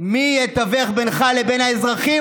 מי יתווך בינך לבין האזרחים?